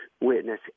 witness